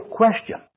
question